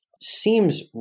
seems